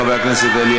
חבר הכנסת אלי